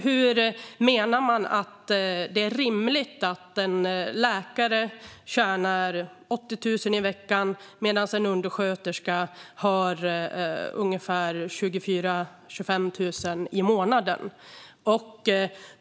Hur menar man att det är rimligt att en läkare tjänar 80 000 kronor i veckan, medan en undersköterska har 24 000-25 000 kronor i månaden?